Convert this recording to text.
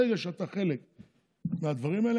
ברגע שאתה חלק מהדברים האלה,